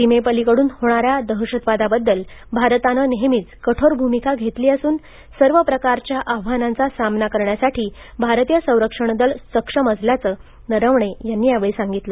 सीमेपलीकडून होणाऱ्या दहशतवादाबद्दल भारतानं नेहमीच कठोर भूमिका घेतली असून सर्व प्रकारच्या आव्हानांचा सामना करण्यासाठी भारतीय संरक्षण दल सक्षम असल्याचं नरवणे यांनी सांगितलं